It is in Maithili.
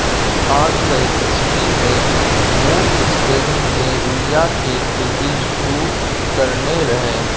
आठ सय ईस्बी मे मुर स्पेन मे रुइया केर खेती शुरु करेने रहय